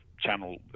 channel